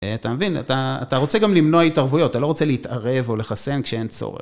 אתה מבין? אתה רוצה גם למנוע התערבויות, אתה לא רוצה להתערב או לחסן כשאין צורך.